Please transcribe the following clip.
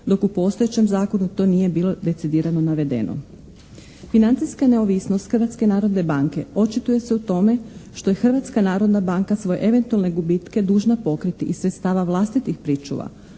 dok u postojećem zakonu to nije bilo decidirano navedeno. Financijska neovisnost Hrvatske narodne banke očituje se u tome što je Hrvatska narodna banka svoje eventualne gubitke dužna pokriti iz sredstava vlastitih pričuva,